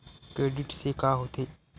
Credit से का होथे?